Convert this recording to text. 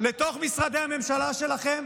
לתוך משרדי הממשלה שלכם כדי להכריע.